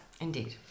Indeed